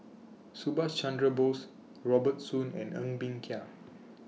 Subhas Chandra Bose Robert Soon and Ng Bee Kia